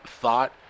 thought